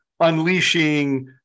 unleashing